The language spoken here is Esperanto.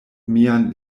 mian